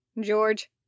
George